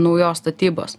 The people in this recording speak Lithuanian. naujos statybos